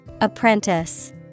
Apprentice